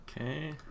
Okay